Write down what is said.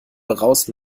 braust